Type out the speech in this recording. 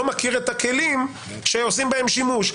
מכיר את הכלים שעושים בהם שימוש ברמה הזאת.